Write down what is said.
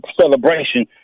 celebration